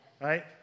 right